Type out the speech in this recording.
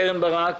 קרן ברק